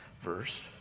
Verse